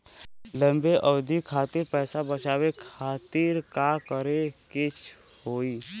लंबा अवधि खातिर पैसा बचावे खातिर का करे के होयी?